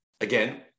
Again